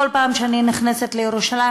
כל פעם שאני נכנסת לירושלים,